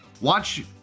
Watch